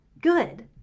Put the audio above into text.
good